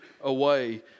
away